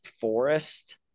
forest